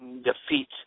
defeat